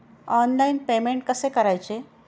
Online payment कसे करायचे?